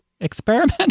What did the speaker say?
experiment